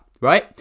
right